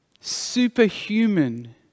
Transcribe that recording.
superhuman